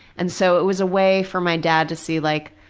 and so it was a way for my dad to see like,